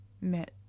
met